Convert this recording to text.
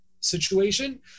situation